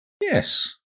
Yes